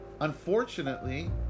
unfortunately